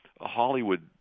Hollywood